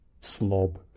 slob